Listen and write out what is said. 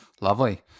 Lovely